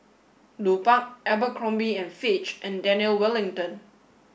Lupark Abercrombie and Fitch and Daniel Wellington